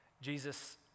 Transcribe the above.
Jesus